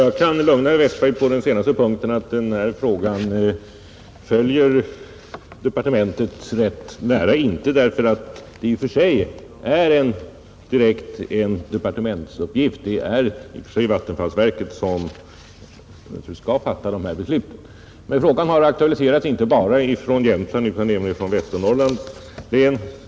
Herr talman! Beträffande den sista punkten kan jag lugna herr Westberg i Ljusdal med att departementet följer frågan ganska nära, inte därför att det i och för sig är en direkt departementsuppgift att göra det — det är Vattenfall som skall fatta beslut i det avseendet, men därför att frågan har aktualiserats från inte bara Jämtlands utan även Västernorrlands län.